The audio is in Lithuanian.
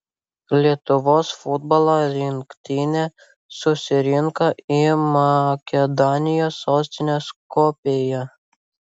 lietuvos futbolo rinktinė susirinko į makedonijos sostinę skopję